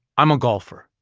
i'm a golfer,